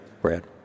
Brad